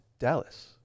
Dallas